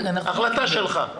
החלטה שלך.